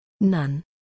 None